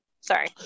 Sorry